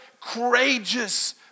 courageous